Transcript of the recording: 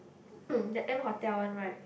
mm the M-Hotel one right